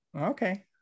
okay